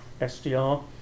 SDR